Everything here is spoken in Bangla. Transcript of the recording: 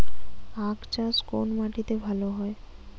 আখ চাষ কোন মাটিতে ভালো হয়?